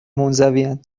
منزوین